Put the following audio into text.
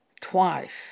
twice